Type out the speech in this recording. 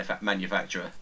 manufacturer